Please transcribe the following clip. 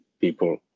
people